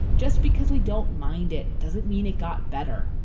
just because we don't mind it doesn't mean it got better.